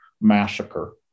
massacre